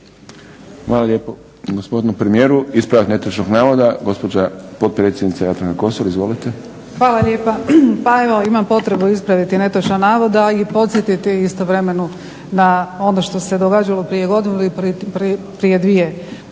Hvala lijepo, gospodine premijeru. Ispravak netočnog navoda gospođa potpredsjednica Jadranka Kosor. Izvolite. **Kosor, Jadranka (HDZ)** Hvala lijepa. Imam potrebu ispraviti netočan navod, a i podsjetiti istovremeno na ono što se događalo prije godinu ili prije dvije.